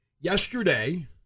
Yesterday